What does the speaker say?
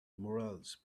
murals